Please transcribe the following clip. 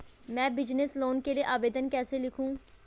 मैं business loan के लिए आवेदन कैसे लिखूँ?